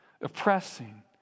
oppressing